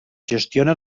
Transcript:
gestiona